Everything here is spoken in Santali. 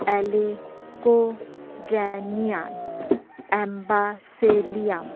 ᱮᱞᱤᱠᱳ ᱡᱮᱱᱤᱭᱟᱱ ᱮᱢᱵᱟ ᱥᱮᱞᱤᱭᱟᱢ